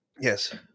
yes